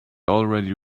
already